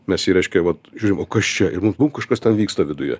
mes jį reiškia vat žiūrim o kas čia ir mum mum kažkas ten vyksta viduje